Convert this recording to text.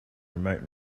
remote